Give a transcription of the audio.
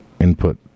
input